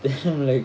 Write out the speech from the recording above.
the like